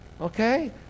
Okay